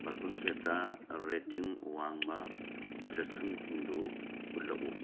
perfume ꯁꯦꯠꯇ rating ꯋꯥꯡꯕ ꯄ꯭ꯔꯗꯛꯁꯤꯡ ꯁꯤꯡꯗꯨ ꯎꯠꯂꯛꯎ